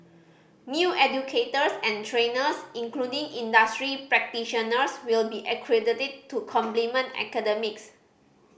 new educators and trainers including industry practitioners will be accredited to complement academics